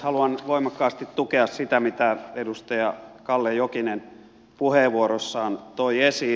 haluan voimakkaasti tukea sitä mitä edustaja kalle jokinen puheenvuorossaan toi esiin